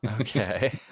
Okay